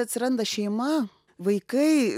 atsiranda šeima vaikai